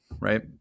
right